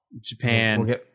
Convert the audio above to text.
japan